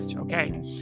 okay